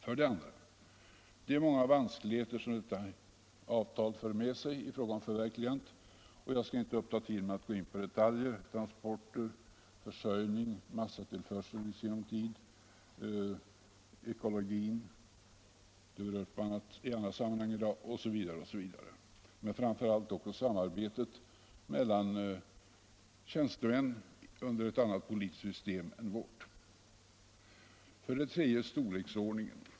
För det andra: Det är många vanskligheter som detta avtal för med sig i fråga om förverkligandet. Jag skall inte uppta tiden med att gå in på detaljer som transporter, försörjning, massatransporter i sinom tid, ekologin osv. — de berörs i annat sammanhang i dag — men framför allt på samarbetet mellan tjänstemän under ett annat politiskt system än vårt. För det tredje på grund av storleksordningen.